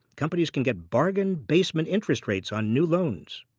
companies can get bargain-basement interest rates on new loans.